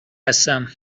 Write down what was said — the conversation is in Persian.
هستم